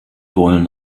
wollen